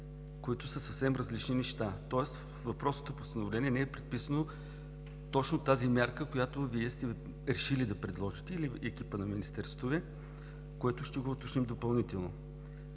които са съвсем различни неща. Тоест във въпросното постановление не е предписано точно тази мярка, която Вие сте решили да предложите, или екипът на Министерството Ви, което ще го уточним допълнително.